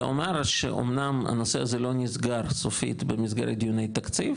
ואומר שאומנם הנושא הזה לא נסגר סופית במסגרת דיוני תקציב,